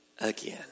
again